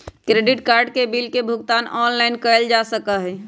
credit card के bill के भुगतान ऑनलाइन कइल जा सका हई